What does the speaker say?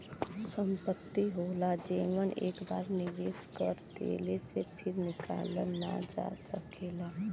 संपत्ति होला जेमन एक बार निवेस कर देले से फिर निकालल ना जा सकेला